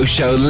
Show